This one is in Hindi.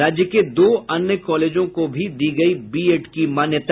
राज्य के दो अन्य कॉलेजों को भी दी गयी बीएड की मान्यता